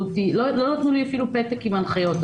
לא נתנו לי אפילו פתק עם הנחיות.